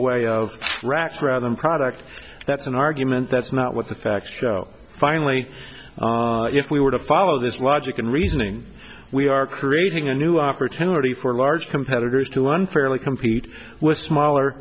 giveaway of rocks rather than product that's an argument that's not what the facts show finally if we were to follow this logic and reasoning we are creating a new opportunity for large competitors to unfairly compete with smaller